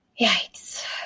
Yikes